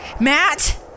Matt